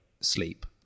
sleep